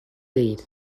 değil